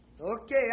Okay